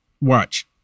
Watch